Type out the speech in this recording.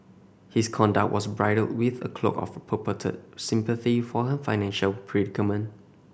his conduct was bridled with a cloak of purported sympathy for her financial predicament